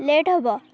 late ହବ